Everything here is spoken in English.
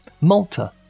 Malta